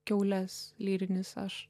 kiaules lyrinis aš